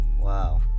wow